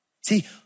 See